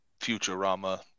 Futurama